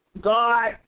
God